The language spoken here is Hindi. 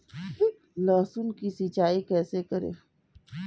लहसुन की सिंचाई कैसे करें?